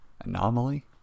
Anomaly